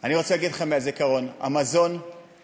אני רוצה להגיד לכם מהזיכרון: המזון ירד,